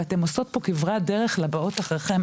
ואתן עושות פה כברת דרך לבאות אחריכן.